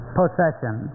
possession